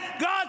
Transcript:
God